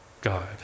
god